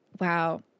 Wow